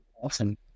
Awesome